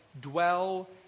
dwell